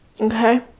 okay